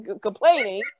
complaining